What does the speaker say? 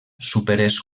superés